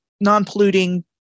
non-polluting